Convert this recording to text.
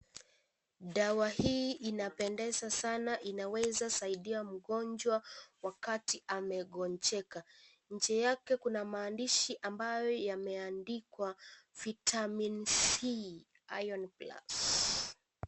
Dawa hii inapendeza sana inaweza saidia mgonjwa wakati amegonjeka, nje yake kuna maandishi ambayo yameandikwa Vitamin C iron plus .